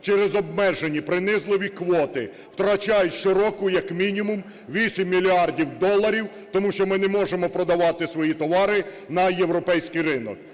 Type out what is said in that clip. через обмежені принизливі квоти втрачають щороку як мінімум 8 мільярдів доларів, тому що ми не можемо продавати свої товари на європейський ринок.